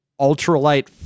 ultralight